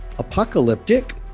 Apocalyptic